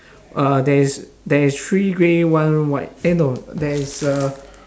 uh there is there is three grey one white eh no there is uh